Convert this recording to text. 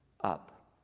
up